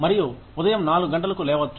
మరియు ఉదయం నాలుగు గంటలకు లేవచ్చు